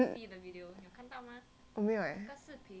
我没有 eh